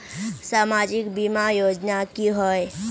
सामाजिक बीमा योजना की होय?